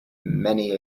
many